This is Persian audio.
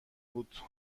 بود